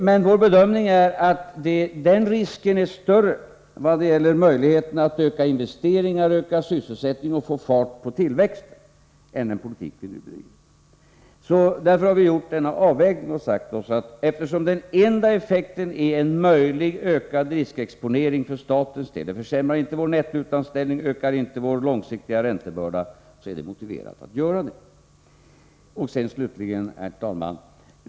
Men vår bedömning är att den risken är större när det gäller möjligheterna att öka investeringar, öka sysselsättningen och få fart på tillväxten än med den politik vi nu bedriver. Därför har vi gjort denna avvägning och sagt oss att eftersom den enda effekten är en möjlig ökad riskexponering för statens del — den försämrar inte vår nettoutlandsställning och den ökar inte vår långsiktiga räntebörda — är det motiverat att göra på detta sätt. Herr talman!